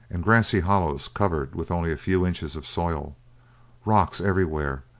and grassy hollows covered with only a few inches of soil rocks everywhere,